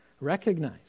recognize